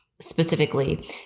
specifically